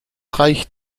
reicht